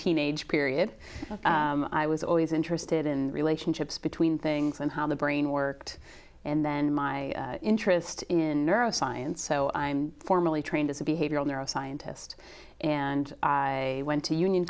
teenage period i was always interested in relationships between things and how the brain worked and then my interest in science so i'm formally trained as a behavioral neuroscientist and i went to union